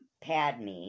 Padme